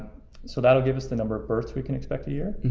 so that'll give us the number of births we can expect a year.